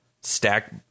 Stack